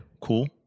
cool